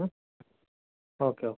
okay okay